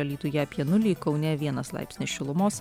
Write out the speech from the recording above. alytuje apie nulį kaune vienas laipsnis šilumos